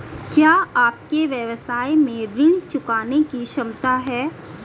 क्या आपके व्यवसाय में ऋण चुकाने की क्षमता है?